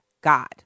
God